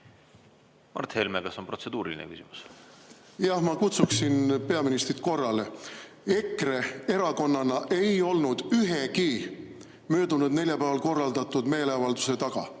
Mart Helme, kas on protseduuriline küsimus? Jah, ma kutsuksin peaministrit korrale. EKRE erakonnana ei olnud ühegi möödunud neljapäeval korraldatud meeleavalduse taga.